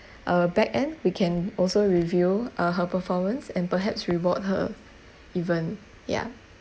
uh back-end we can also review uh her performance and perhaps reward her even yeah